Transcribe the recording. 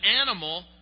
animal